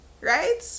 right